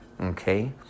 okay